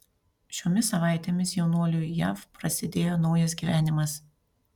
šiomis savaitėmis jaunuoliui jav prasidėjo naujas gyvenimas